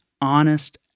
honest